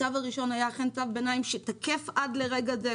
הצו הראשון היה אכן צו ביניים שתקף עד לרגע זה,